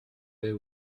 baies